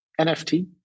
NFT